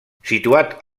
situat